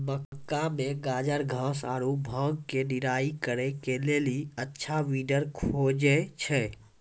मक्का मे गाजरघास आरु भांग के निराई करे के लेली अच्छा वीडर खोजे छैय?